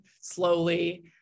slowly